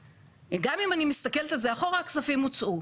גם אם אני מסתכלת על זה אחורה הכספים הוצאו.